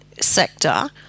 sector